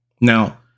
Now